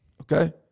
Okay